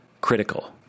critical